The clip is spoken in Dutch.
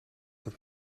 het